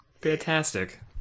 fantastic